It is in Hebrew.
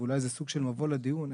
ואולי זה סוג של מבוא לדיון,